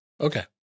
Okay